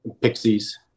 Pixies